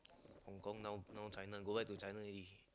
Hong-Kong now now China go back to China already